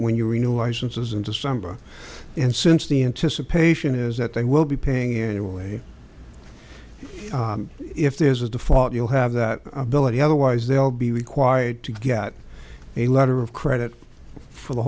when you were new licenses in december and since the anticipation is that they will be paying anyway if there's a default you'll have that ability otherwise they'll be required to get a letter of credit for the